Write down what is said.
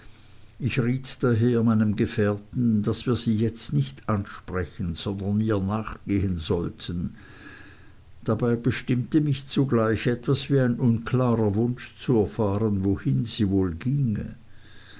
ich riet daher meinem gefährten daß wir sie jetzt nicht ansprechen sondern ihr nachgehen sollten dabei bestimmte mich zugleich etwas wie ein unklarer wunsch zu erfahren wohin sie wohl ginge